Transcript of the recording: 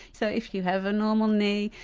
so if you have a normal knee,